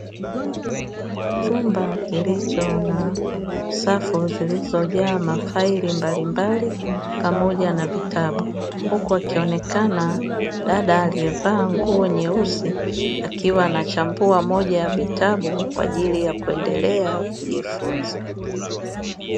Chumba kilicho na safu zilizojaa mafaili mbalimbali pamoja na vitabu huku akionekana dada aliyevaa nguo nyeusi akiwa anachambua moja ya vitabu kwaajili ya kuendelea kujifunza.